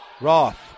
Roth